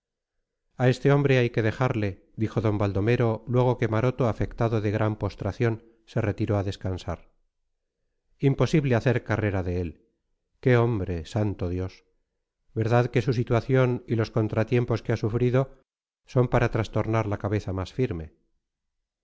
a este hombre hay que dejarle dijo d baldomero luego que maroto afectado de gran postración se retiró a descansar imposible hacer carrera de él qué hombre santo dios verdad que su situación y los contratiempos que ha sufrido son para trastornar la cabeza más firme